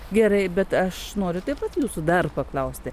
gerai bet aš noriu taip pat jūsų dar paklausti